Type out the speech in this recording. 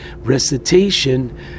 recitation